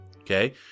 okay